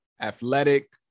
athletic